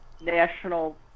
national